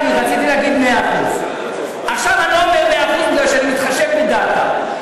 אני רציתי להגיד 100% עכשיו אני לא אומר 100% בגלל שאני מתחשב בדעתה.